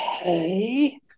Okay